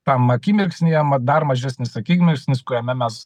tam akimirksnyje ma dar mažesnis akimirksnis kuriame mes